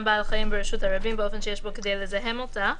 ברשות הרבים באופן שיש בו כדי לזהם אותה".